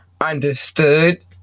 understood